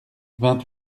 vingt